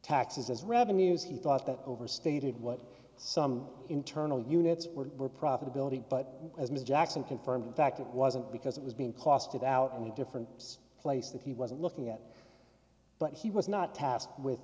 taxes as revenues he thought that overstated what some internal units were profitability but as miss jackson confirmed in fact it wasn't because it was being cost it out in a different place that he wasn't looking at but he was not tasked with